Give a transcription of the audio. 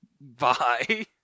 bye